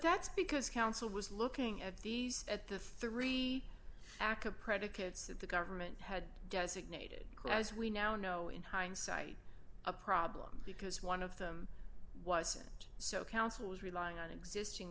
that's because counsel was looking at these at the three aca predicates that the government had designated as we now know in hindsight a problem because one of them wasn't so councils relying on existing